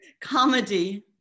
Comedy